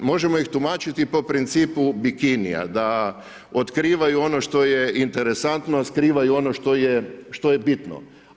Možemo ih tumačiti po principu bikinija, da otkrivaju ono što je interesantno, a skrivaju ono što je bitno.